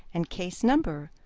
and case number.